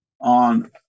on